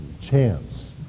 chance